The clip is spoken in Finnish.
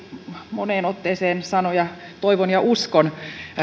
moneen otteeseen sanoja toivon ja uskon